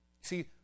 See